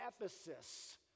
Ephesus